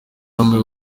hame